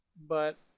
but,